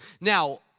Now